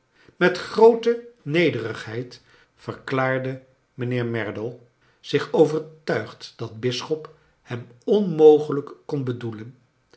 met groote nederigheid verklaardo mijnheer merdle zich overtuigd dat bisschop hem onmogelijk kon bedoelen